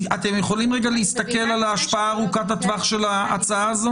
אתם יכולים להסתכל על ההשפעה ארוכת הטווח של ההצעה הזאת?